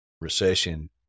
recession